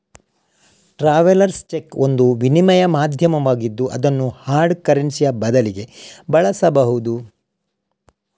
travellers cheque ಒಂದು ವಿನಿಮಯ ಮಾಧ್ಯಮವಾಗಿದ್ದು ಅದನ್ನು ಹಾರ್ಡ್ ಕರೆನ್ಸಿಯ ಬದಲಿಗೆ ಬಳಸಬಹುದು